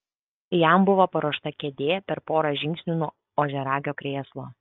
jam buvo paruošta kėdė per porą žingsnių nuo ožiaragio krėslo